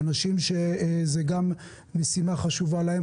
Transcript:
אנשים שזאת גם משימה חשובה בשבילם,